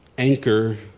Anchor